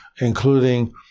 including